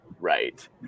right